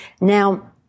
Now